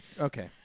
Okay